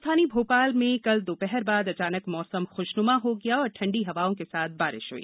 राजधानी भोपाल में कल दोपहर बाद अचानक मौसम खुशनुमा हो गया और ठंडी हवाओं के साथ बारिश हई